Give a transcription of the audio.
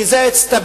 כי זה הצטבר.